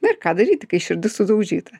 na ir ką daryti kai širdis sudaužyta